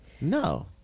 no